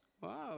Wow